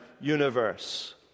universe